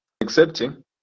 accepting